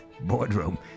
boardroom